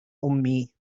أمي